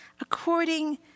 According